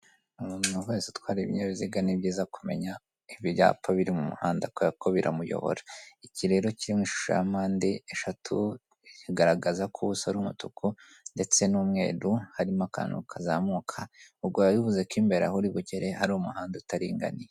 Umuntu wese utwara ibinyabiziga ni byiza kumenya ibyapa biri mu muhanda kubera ko biramuyobora, iki rero kiri mu ishushu ya shampandeshatu kigaragaza ko ubuso ari umutuku ndetse n'umweru harimo akantu kazamuka, ubwo biba bivuze ko imbere aho uri bugere hari umuhanda utaringaniye.